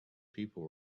people